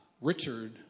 Richard